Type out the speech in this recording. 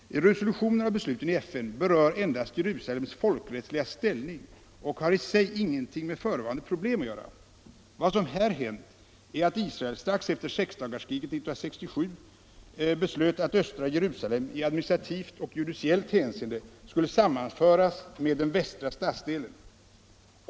Resolutionerna och besluten i FN berör endast Jerusalems folkrättsliga ställning och har i sig ingenting med förevarande problem att göra. Vad som här hänt är att Israel strax efter sexdagarskriget 1967 beslöt att östra Jerusalem i administrativt och judiciellt hänseende skulle sammanföras med den västra stadsdelen.